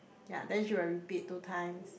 yea then she will repeat two times